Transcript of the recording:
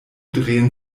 drehen